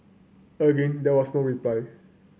again there was no reply